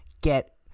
get